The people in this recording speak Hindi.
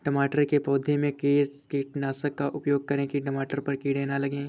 टमाटर के पौधे में किस कीटनाशक का उपयोग करें कि टमाटर पर कीड़े न लगें?